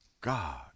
God